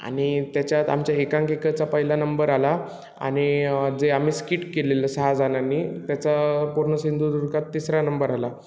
आणि त्याच्यात आमच्या एकांकिकेचा पहिला नंबर आला आणि जे आम्ही स्किट केलेलं सहा जणांनी त्याचा पूर्ण सिंधुदुर्गात तिसरा नंबर आला